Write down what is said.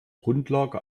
grundlage